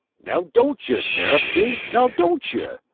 now don't ye, sarepty, now don't ye!